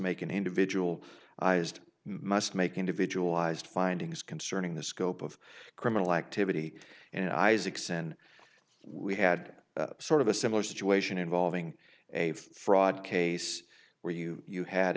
make an individual ised must make individual ised findings concerning the scope of criminal activity and isaacson we had sort of a similar situation involving a fraud case where you you had